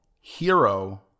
hero